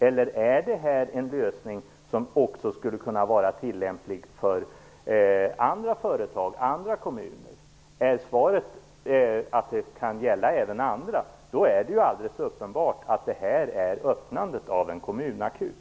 Eller är det här en lösning som också skulle kunna vara tillämplig för andra företag och andra kommuner? Om svaret är att det kan gälla även andra är det uppenbart att det här innebär öppnandet av en kommunakut.